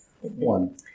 One